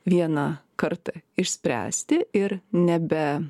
vieną kartą išspręsti ir nebe